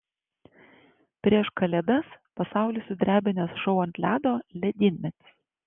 prieš kalėdas pasaulį sudrebinęs šou ant ledo ledynmetis